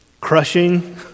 crushing